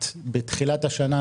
בתחילת השנה,